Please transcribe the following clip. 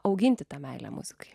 auginti tą meilę muzikai